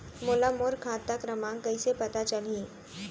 मोला मोर खाता क्रमाँक कइसे पता चलही?